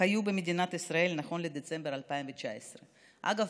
חיו במדינת ישראל נכון לדצמבר 2019. אגב,